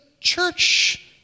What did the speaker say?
church